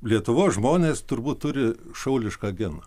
lietuvos žmonės turbūt turi šaulišką geną